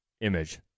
image